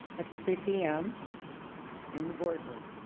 at three pm in the boardroom.